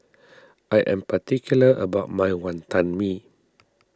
I am particular about my Wonton Mee